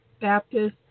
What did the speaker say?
Baptist